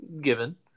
Given